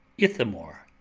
ithamore.